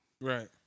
Right